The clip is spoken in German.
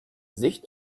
sicht